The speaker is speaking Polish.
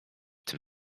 tym